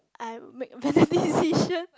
I made very decision